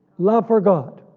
love for god.